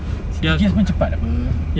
they are here pun cepat apa